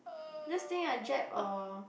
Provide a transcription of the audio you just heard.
just think like Jap or